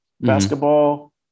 basketball